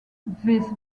this